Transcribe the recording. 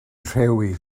rhewi